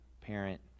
parent